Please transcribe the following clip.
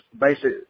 basic